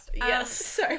Yes